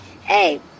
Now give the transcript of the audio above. hey